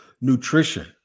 Nutrition